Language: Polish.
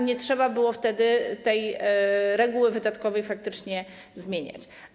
Nie trzeba było wtedy tej reguły wydatkowej faktycznie zmieniać.